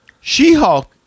She-Hulk